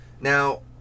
Now